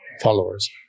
followers